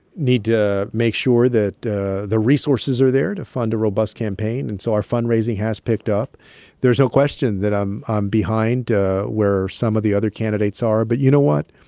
need to make sure that the the resources are there to fund a robust campaign. and so our fundraising has picked up there's no question that i'm i'm behind where some of the other candidates are. but you know what?